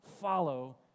follow